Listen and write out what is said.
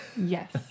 yes